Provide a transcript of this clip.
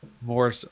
more